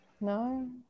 No